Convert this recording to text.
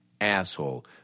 asshole